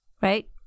right